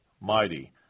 mighty